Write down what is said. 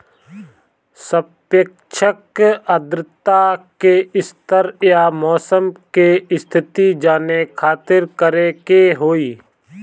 सापेक्षिक आद्रता के स्तर या मौसम के स्थिति जाने खातिर करे के होई?